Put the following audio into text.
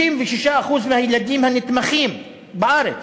36% מהילדים הנתמכים בארץ,